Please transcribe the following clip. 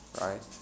right